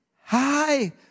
hi